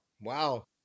Wow